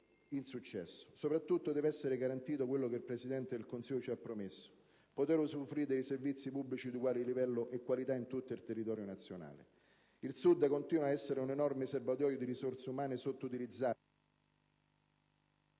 insuccesso. Soprattutto deve essere garantito quello che il Presidente del Consiglio ci ha promesso: poter usufruire di servizi pubblici di uguale livello e qualità in tutto il territorio nazionale. Mi avvio alla conclusione: il Sud continua ad essere un enorme serbatoio di risorse umane sottoutilizzate,